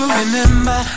remember